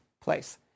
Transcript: place